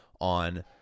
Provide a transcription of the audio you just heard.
on